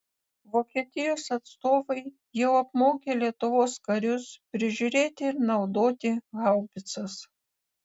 vokietijos atstovai jau apmokė lietuvos karius prižiūrėti ir naudoti haubicas